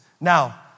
Now